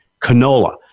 canola